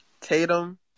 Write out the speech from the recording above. Tatum –